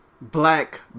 black